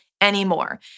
anymore